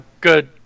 good